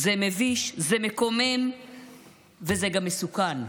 זה מביש, זה מקומם וזה גם מסוכן,